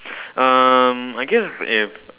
um I guess if